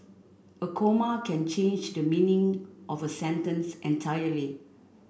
a comma can change the meaning of a sentence entirely